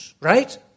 Right